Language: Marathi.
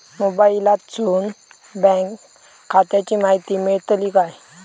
मोबाईलातसून बँक खात्याची माहिती मेळतली काय?